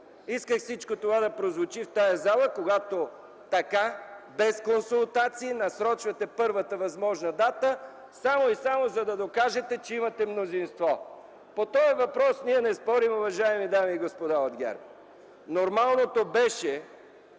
Исках всичко това да прозвучи в тази зала, когато без консултации насрочвате първата възможна дата, само и само да докажете, че имате мнозинство. По този въпрос не спорим, уважаеми дами и господа от ГЕРБ. Нормалното беше